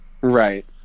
Right